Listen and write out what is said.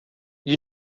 you